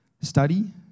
study